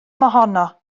mohono